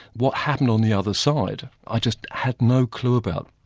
what happened on the other side i just had no clue about.